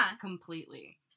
completely